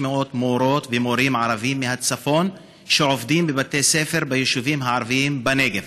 מורות ומורים ערבים מהצפון שעובדים בבתי ספר ביישובים הערביים בנגב.